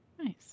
Nice